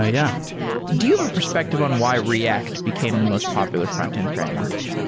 ah yeah do you have a perspective on why react became the most popular front-end framework?